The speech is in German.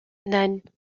nein